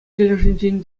тӗлӗшӗнчен